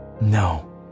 no